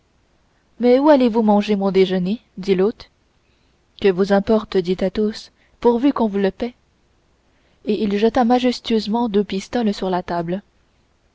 mais où allez-vous manger mon déjeuner dit l'hôte que vous importe dit athos pourvu qu'on vous le paie et il jeta majestueusement deux pistoles sur la table